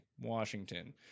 Washington